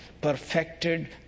perfected